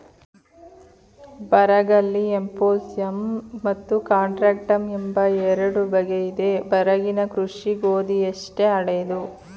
ಬರಗಲ್ಲಿ ಎಫ್ಯೂಸಮ್ ಮತ್ತು ಕಾಂಟ್ರಾಕ್ಟಮ್ ಎಂಬ ಎರಡು ಬಗೆಯಿದೆ ಬರಗಿನ ಕೃಷಿ ಗೋಧಿಯಷ್ಟೇ ಹಳೇದು